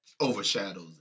overshadows